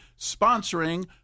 sponsoring